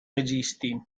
registi